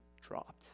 dropped